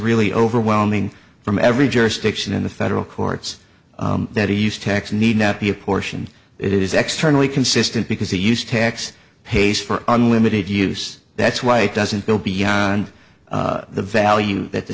really overwhelming from every jurisdiction in the federal courts that are used tax need not be apportioned it is extremely consistent because they use tax pays for unlimited use that's why it doesn't go beyond the value that the